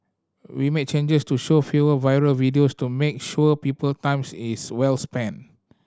we made changes to show fewer viral videos to make sure people times is well spent